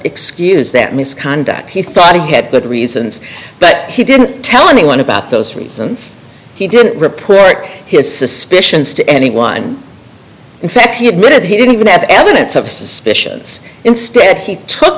excuse that misconduct he thought he had good reasons but he didn't tell anyone about those reasons he didn't report his suspicions to anyone in fact he admitted he didn't even have evidence of suspicions instead he took